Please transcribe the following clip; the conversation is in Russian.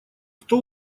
кто